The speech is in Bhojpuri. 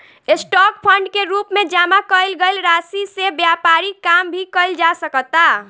स्टॉक फंड के रूप में जामा कईल गईल राशि से व्यापारिक काम भी कईल जा सकता